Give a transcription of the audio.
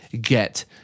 get